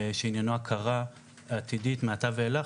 שעניינו הכרה עתידית מעתה ואילך,